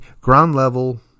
ground-level